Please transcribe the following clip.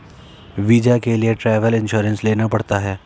visa के लिए travel insurance लेना पड़ता है